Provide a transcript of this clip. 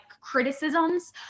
criticisms